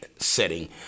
setting